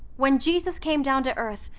when jesus came down to earth,